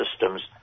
systems